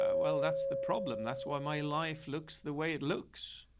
ah well, that's the problem. that's why my life looks the way it looks.